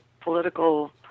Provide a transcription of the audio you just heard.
political